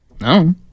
No